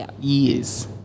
years